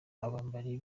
abambari